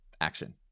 action